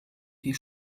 die